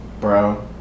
Bro